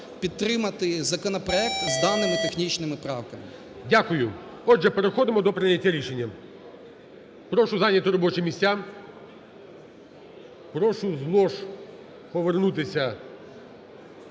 підтримати законопроект з даними технічними правками. ГОЛОВУЮЧИЙ. Дякую. Отже, переходимо до прийняття рішення. Прошу зайняти робочі місця. прошу з лож повернутися